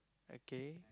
okay